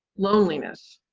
loneliness,